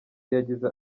yagize